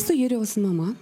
esu jurijaus mama